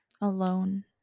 alone